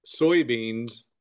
soybeans